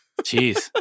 Jeez